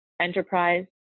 enterprise